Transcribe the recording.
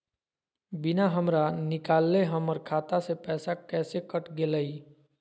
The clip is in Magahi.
बिना हमरा निकालले, हमर खाता से पैसा कैसे कट गेलई?